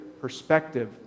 perspective